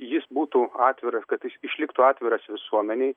jis būtų atviras kad išliktų atviras visuomenei